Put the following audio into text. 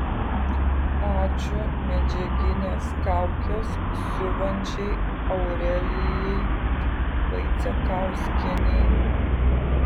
ačiū medžiagines kaukes siuvančiai aurelijai vaicekauskienei